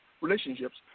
relationships